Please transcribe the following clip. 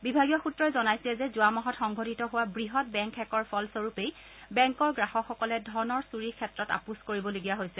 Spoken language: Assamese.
বিভাগীয় সূত্ৰই জনাইছে যে যোৱা মাহত সংঘটিত হোৱা বৃহৎ বেংক হেকৰ ফলস্বৰূপেই বেংকৰ গ্ৰাহকসকলে ধনৰ চূৰিৰ ক্ষেত্ৰত আপোচ কৰিবলগীয়া হৈছে